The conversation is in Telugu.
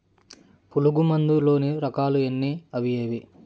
పులుగు మందు లోని రకాల ఎన్ని అవి ఏవి?